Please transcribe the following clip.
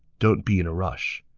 don't be in a rush.